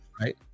Right